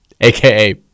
aka